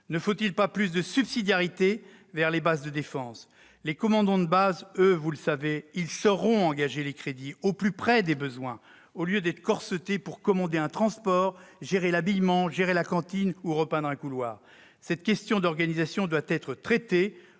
Ne faut-il pas plus de subsidiarité pour les bases de défense ? Les commandants de base, eux, sauront engager les crédits au plus près des besoins, au lieu d'être corsetés pour commander un transport, gérer l'habillement ou la cantine ou repeindre un couloir ! Cette question d'organisation doit être traitée,